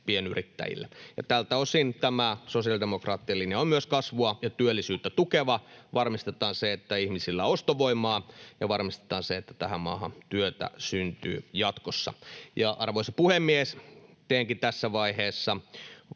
pienyrittäjille. Tältä osin tämä sosiaalidemokraattien linja on myös kasvua ja työllisyyttä tukeva. Varmistetaan se, että ihmisillä on ostovoimaa, ja varmistetaan se, että tähän maahan työtä syntyy jatkossa. Arvoisa puhemies! Teenkin tässä vaiheessa